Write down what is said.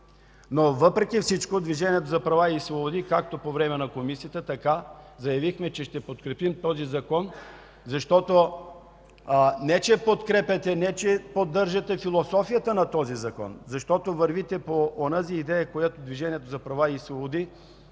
Въпреки всичко Движението за права и свободи по време на заседанието на Комисията заявихме, че ще подкрепим този закон, защото не че подкрепяте, не че поддържате философията на този закон, защото вървите по идеята, която Движението за права и свободи